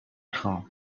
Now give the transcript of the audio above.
خوام